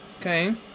Okay